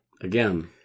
Again